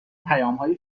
پیامهای